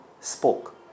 spoke